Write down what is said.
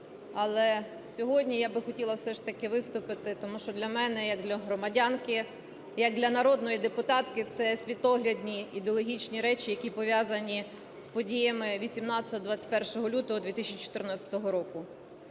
але сьогодні я хотіла б все ж таки виступити, тому що для мене як для громадянки, як для народної депутатки це світоглядні ідеологічні речі, які пов'язані з подіями 18-21 лютого 2014 року,